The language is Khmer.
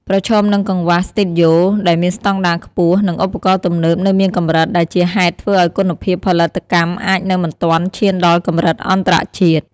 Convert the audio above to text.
ប្រឈមនឹងកង្វះ ស្ទូឌីយោដែលមានស្តង់ដារខ្ពស់ និងឧបករណ៍ទំនើបនៅមានកម្រិត ដែលជាហេតុធ្វើឱ្យគុណភាពផលិតកម្មអាចនៅមិនទាន់ឈានដល់កម្រិតអន្តរជាតិ។